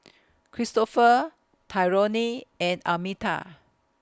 Cristofer Tyrone and Almeta